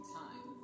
time